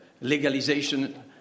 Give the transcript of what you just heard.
legalization